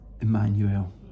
Emmanuel